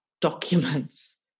documents